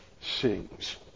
sings